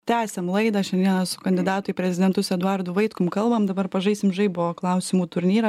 tęsiam laidą šiandieną esu kandidatų į prezidentus edvardu vaitkum kalbam dabar pažaisim žaibo klausimų turnyrą